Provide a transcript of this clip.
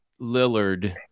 Lillard